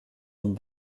une